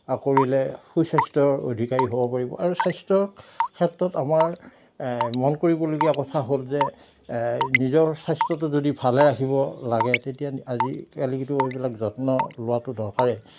কৰিলে সুস্বাস্থ্যৰ অধিকাৰী হ'ব পাৰিব আৰু স্বাস্থ্যৰ ক্ষেত্ৰত আমাৰ মন কৰিবলগীয়া কথা হ'ল যে নিজৰ স্বাস্থ্যটো যদি ভালে ৰাখিব লাগে তেতিয়া আজিকালিতো এইবিলাক যত্ন লোৱাতো দৰকাৰেই